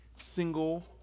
single